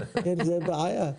זו בעיה.